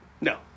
No